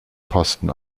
posten